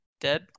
Dead